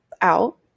out